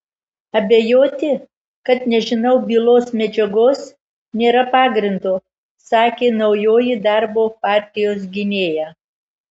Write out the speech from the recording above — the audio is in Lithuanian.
abejoti kad nežinau bylos medžiagos nėra pagrindo sakė naujoji darbo partijos gynėja